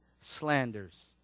slanders